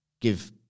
Give